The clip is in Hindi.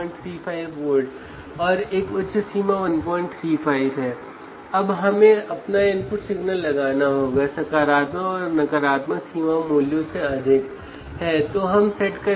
उसकी क्षमता से परे जाने की कोशिश न करें